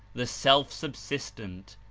the self subslstent,